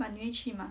but 你会去吗